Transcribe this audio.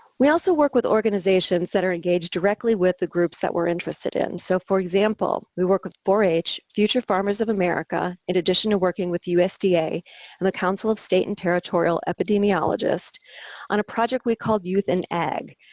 we also work with organizations that are engaged directly with the groups that we're interested in. so for example, we work with four h, future farmers of america, in addition to working with usda and the council of state and territorial epidemiologists on a project we call youth and ag.